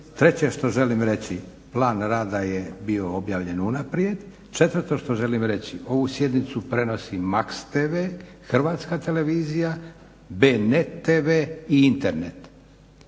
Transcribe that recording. Treće što želim reći, plan rada je bio objavljen unaprijed. Četvrto što želim reći, ovu sjednicu prenosi Max tv, Hrvatska televizija, B-net tv i internet.